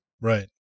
right